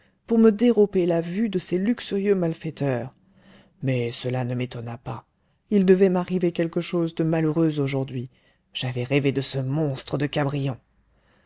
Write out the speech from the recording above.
pour me dérober la vue de ces luxurieux malfaiteurs mais cela ne m'étonna pas il devait m'arriver quelque chose de malheureux aujourd'hui j'avais rêvé de ce monstre de cabrion